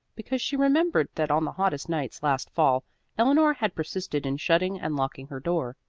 because she remembered that on the hottest nights last fall eleanor had persisted in shutting and locking her door.